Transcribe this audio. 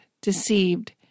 deceived